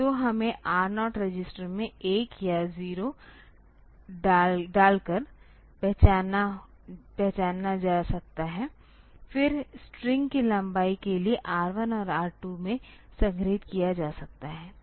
तो इसे R0 register में 1 या 0 डालकर पहचाना जा सकता है फिर स्ट्रिंग्स की लंबाई के लिए R 1 और R 2 में संग्रहीत किया जा सकता है